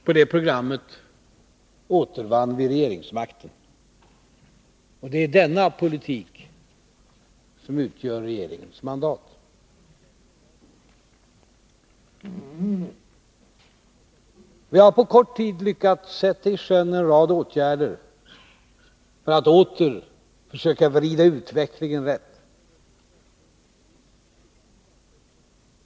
På det programmet återvann vi regeringsmakten. Det är denna politik som utgör regeringens mandat. Vi har på kort tid lyckats sätta i sjön en rad åtgärder för att åter försöka vrida utvecklingen rätt.